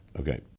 Okay